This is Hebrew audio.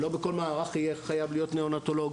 שלא בכל מערך חייב להיות ניאונטולוג,